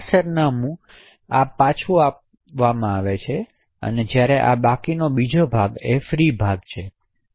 સરનામું જેથી બાકીનો ભાગ ફ્રી ભાગ છે